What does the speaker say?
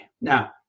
Now